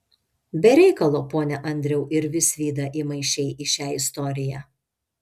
be reikalo pone andriau ir visvydą įmaišei į šią istoriją